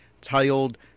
titled